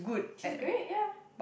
she's great ya